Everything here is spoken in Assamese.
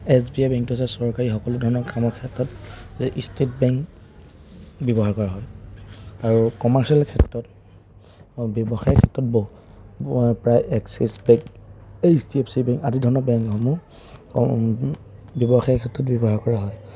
এছ বি আই বেংকটো আছে চৰকাৰী সকলো ধৰণৰ কামৰ ক্ষেত্ৰত ষ্টেট বেংক ব্যৱহাৰ কৰা হয় আৰু কমাৰ্চিয়েল ক্ষেত্ৰত ব্যৱসায়ৰ ক্ষেত্ৰত প্ৰায় Axis bank H D F C bank আদি ধৰণৰ বেংকসমূহ ব্যৱসায়ৰ ক্ষেত্ৰত ব্যৱহাৰ কৰা হয়